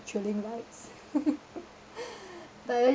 thrilling rides but really